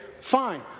fine